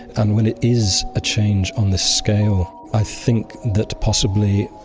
and when it is a change on this scale, i think that possibly,